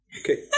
okay